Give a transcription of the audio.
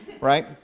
right